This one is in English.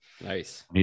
Nice